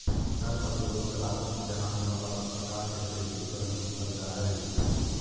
कर प्रतिरोध से राजस्व के हानि होला पर सरकार के गतिविधि पर अंकुश लग जा हई